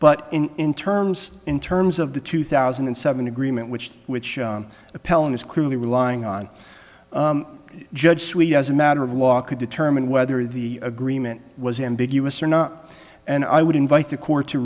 but in terms in terms of the two thousand and seven agreement which which appellant is clearly relying on judge suite as a matter of law could determine whether the agreement was ambiguous or not and i would invite the court to